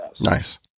nice